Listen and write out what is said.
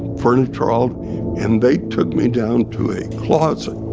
furniture all and they took me down to a closet.